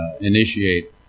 initiate